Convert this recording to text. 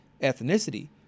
ethnicity